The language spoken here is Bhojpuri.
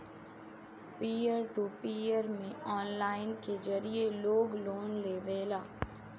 पियर टू पियर में ऑनलाइन के जरिए लोग लोन लेवेला